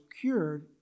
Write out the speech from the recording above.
cured